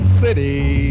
city